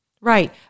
Right